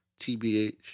TBH